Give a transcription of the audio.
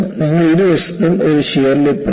നിങ്ങൾക്ക് ഇരുവശത്തും ഒരു ഷിയർ ലിപ്പുണ്ട്